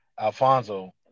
Alfonso